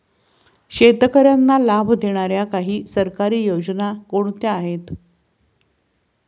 शेतकऱ्यांना लाभ देणाऱ्या काही सरकारी योजना कोणत्या आहेत?